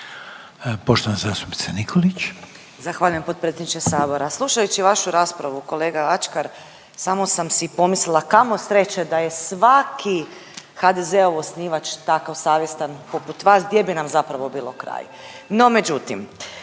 Poštovana zastupnica Nikolić. **Nikolić, Romana (Socijaldemokrati)** Slušajući vašu raspravu kolega Ačkar samo sam si pomislila kamo sreće da je svaki HDZ-ov osnivač takav savjestan poput vas, gdje bi nam zapravo bilo kraj.